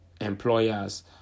employers